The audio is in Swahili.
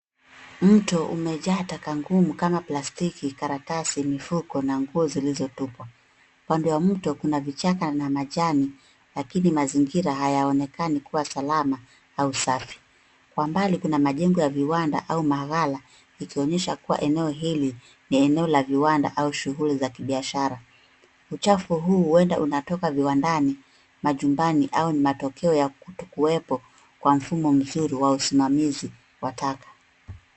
Mto umejaa taka ngumu kama plastiki, karatasi, mifuko na nguo zilizotupwa. Upande wa mto kuna vichaka na majani lakini mazingira hayaonekani kuwa salama au safi. Kwa mbali kuna majengo ya viwanda au maabara ikionyesha kuwa eneo hili ni eneo la viwanda au shughuli za kibiashara. Uchafu huu huenda unatoka viwandani, majumbani au matokeo ya kutokuwepo kwa mfumo mzuri wa usimamizi mzuri wa taka.